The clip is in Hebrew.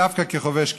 דווקא כחובש כיפה.